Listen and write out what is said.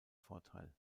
vorteil